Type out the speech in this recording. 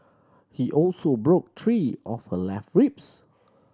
he also broke three of her left ribs